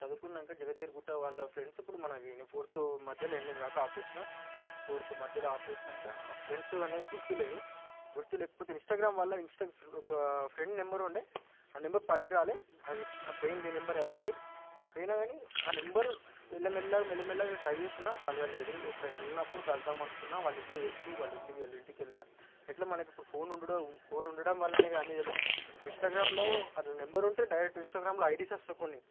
చదువుకున్నాక జగద్గిరిగుట్ట వాళ్ళ ఫ్రెండ్స్ ఇప్పుడు మనకి ఫోర్త్ మధ్యలో ఎండింగ్లో ఆపేసిన ఫోర్త్ మధ్యలో ఆపేసినాక ఫ్రెండ్స్ అనేది గుర్తులేరు గుర్తు లేకపోతే ఇంస్టాగ్రామ్ వల్ల ఒక ఫ్రెండ్ నెంబర్ ఉండే ఆ నెంబర్ పనికిరాలేదు అది పోయింది నెంబర్ అతనిది పోయిన కానీ ఆ నెంబరు మెల్లమెల్ల మెల్లమెల్లగా ట్రై చేసినా కలవలేదు ఎప్పుడైనా వెళ్ళినప్పుడు కలుద్దాం అనుకున్న వాళ్ళ ఇల్లు తెలుసు వాళ్ళ ఇల్లు వాళ్ళ ఇంటికి వెళ్ళినా ఎట్లా మనకి ఇప్పుడు ఫోన్ ఉండడు ఫోను ఉండడం వలనేగా అన్నీ తెలిసింది ఇంస్టాగ్రామ్లో అట్లా నెంబర్ ఉంటే డైరెక్ట్ ఇంస్టాగ్రామ్లో ఐడీస్ వస్తాయి కొన్ని